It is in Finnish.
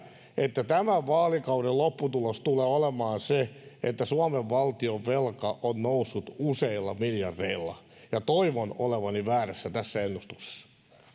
että tämän vaalikauden lopputulos tulee olemaan se että suomen valtionvelka on noussut useilla miljardeilla ja toivon olevani väärässä tässä ennustuksessa